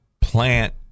plant